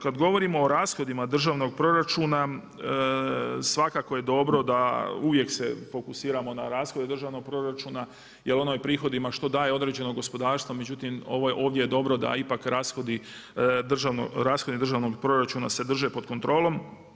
Kada govorimo o rashodima državnog proračuna svakako je dobro da uvijek se fokusiramo na rashode državnog proračuna jer ono je prihodima što daje određeno gospodarstvo, međutim ovo ovdje je dobro da ipak rashodi državnog proračuna se drže pod kontrolom.